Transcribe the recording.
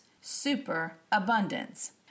superabundance